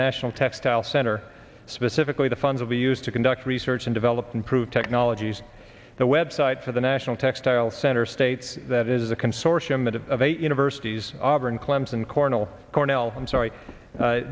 national textile center specifically the funds of be used to conduct research and development proved technologies the website for the national textile center states that is a consortium of eight universities auburn clemson kornel cornell i'm sorry